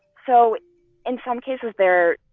so in some cases, they're